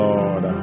Lord